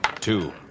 Two